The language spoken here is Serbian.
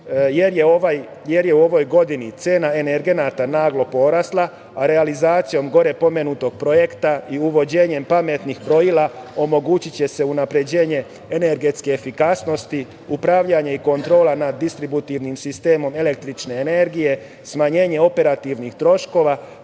jer je u ovoj godini cena energenata naglo porasla, a realizacijom gore navedenog projekta, i uvođenjem pametnih brojila, omogućiće se unapređenje energetske efikasnosti, upravljanje i kontrola nad distributivnim sistemom električne energije, smanjenje operativnih troškova,